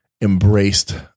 embraced